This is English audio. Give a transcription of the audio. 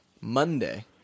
Monday